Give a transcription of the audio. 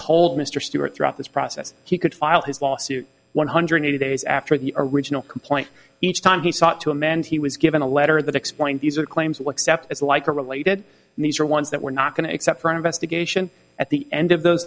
told mr stewart throughout this process he could file his lawsuit one hundred eighty days after the original complaint each time he sought to amend he was given a letter that explained these are claims what step it's like are related and these are ones that we're not going to except for an investigation at the end of th